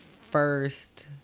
first